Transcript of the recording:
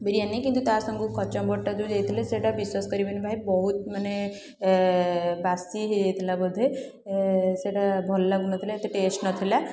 ବିରିୟାନୀ କିନ୍ତୁ ତା' ସାଙ୍ଗକୁ କଚୁମ୍ବରଟା ଯେଉଁ ଦେଇଥିଲା ସେଇଟା ବିଶ୍ୱାସ କରିବେନି ଭାଇ ବହୁତ ମାନେ ବାସି ହେଇଯାଇଥିଲା ବୋଧେ ସେଇଟା ଭଲ ଲାଗୁ ନଥିଲା ଏତେ ଟେଷ୍ଟ୍ ନଥିଲା